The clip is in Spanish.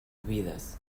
vidas